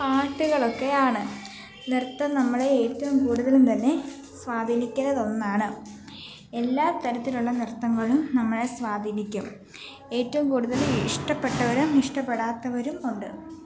പാട്ടുളൊക്കെ ആണ് നൃത്തം നമ്മളെ ഏറ്റവും കൂടുതലും തന്നെ സ്വാധീനിക്കുന്നത് ഒന്നാണ് എല്ലാ തരത്തിലുള്ള നൃത്തങ്ങളും നമ്മളെ സ്വാധീനിക്കും ഏറ്റവും കൂടുതലും ഇഷ്ടപ്പെട്ടവരും ഇഷ്ടപ്പെടാത്തവരും ഉണ്ട്